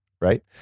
Right